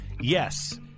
yes